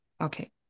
Okay